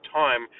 time